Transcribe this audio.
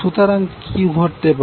সুতরাং কি ঘটতে পারে